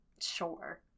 sure